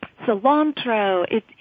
cilantro